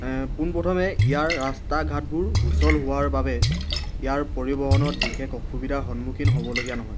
পোনপ্ৰথমে ইয়াৰ ৰাস্তা ঘাটবোৰ সুচল হোৱাৰ বাবে ইয়াৰ পৰিবহণত বিশেষ অসুবিধাৰ সন্মুখীন হ'বলগীয়া নহয়